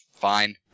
fine